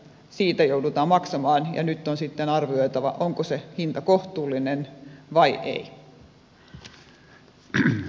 siitä joudutaan maksamaan ja nyt on sitten arvioitava onko se hinta kohtuullinen vai ei